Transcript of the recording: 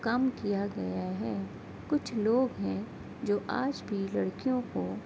کم کیا گیا ہے کچھ لوگ ہیں جو آج بھی لڑکیوں کو